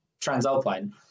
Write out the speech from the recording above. transalpine